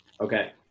Okay